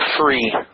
free